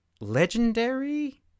legendary